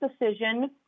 decision